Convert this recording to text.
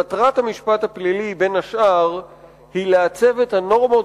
מטרת המשפט הפלילי בין השאר היא לעצב את הנורמות